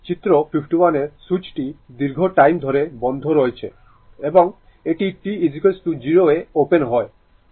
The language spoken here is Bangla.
চিত্র 51 এ সুইচটি দীর্ঘ টাইম ধরে বন্ধ রয়েছে এবং এটি t 0 এ ওপেন হয়